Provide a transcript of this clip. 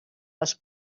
les